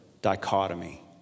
dichotomy